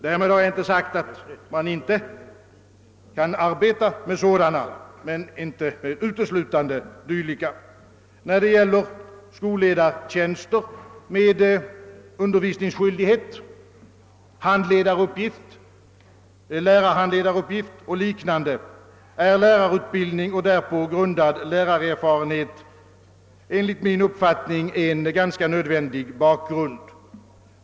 Därmed har jag inte sagt att man inte kan arbeta med sådana, men det bör inte uteslutande vara sådana. När det gäller skolledartjänster med undervisningsskyldighet, handledaruppgift, lärarhandledaruppgift och liknande är lärarutbildning och därpå grundad lärarerfarenhet enligt min uppfattning en nödvändig bakgrund.